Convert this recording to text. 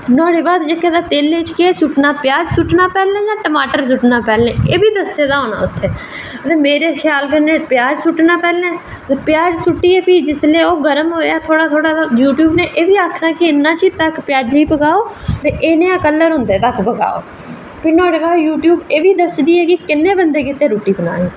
ते नुहाड़े बाद तेलै च केह् सु'ट्टना प्याज़ सु'ट्टना पैह्लें जां टमाटर सु'ट्टना पैह्लें एह्बी दस्से दा होना इत्थै ते मेरे ख्याल कन्नै ते जेल्लै प्याज सुट्टियै गर्म होआ ओह् ते सु'ट्टियै यूट्यूब नै एह्बी आक्खे दा कि इन्ने चिर पकाओ ओह् ते एह् नेहां कलर होंदे तक्क पकाओ ते भी यूट्यूब एह्बी दस्सदी ऐ कि किन्ने बंदे ताहीं रुट्टी बनानी ऐ